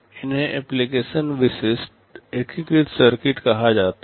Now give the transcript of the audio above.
इन्हें एप्लिकेशन विशिष्ट एकीकृत सर्किट कहा जाता है